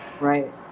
Right